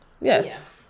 Yes